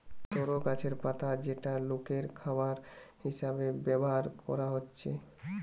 তরো গাছের পাতা যেটা লোকের খাবার হিসাবে ব্যভার কোরা হচ্ছে